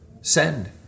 send